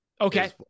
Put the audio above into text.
Okay